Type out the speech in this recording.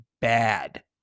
bad